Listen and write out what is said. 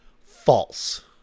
False